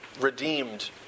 redeemed